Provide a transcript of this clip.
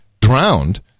drowned